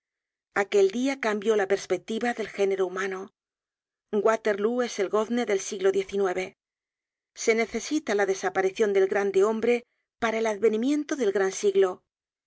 in fatis aquel dia cambió la perspectiva del género humano waterlóo es el gozne del siglo xix se necesitaba la desaparicion del grande hombre para el advenimiento del gran siglo